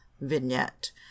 vignette